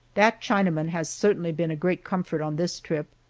that chinaman has certainly been a great comfort on this trip.